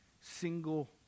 single